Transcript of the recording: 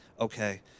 Okay